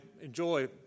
enjoy